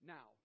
Now